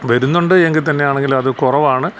വരുന്നുണ്ട് എങ്കിൽത്തന്നെ ആണെങ്കിൽ അത് കൊറവാണ്